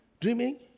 Dreaming